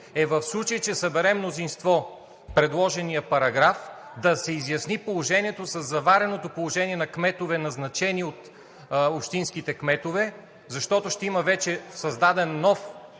е, в случай че събере мнозинство, предложният параграф да се изясни положението със завареното положение на кметове, назначени от общинските кметове, защото ще има вече създаден нов